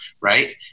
right